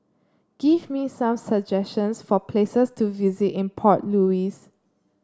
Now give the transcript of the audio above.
give me some suggestions for places to visit in Port Louis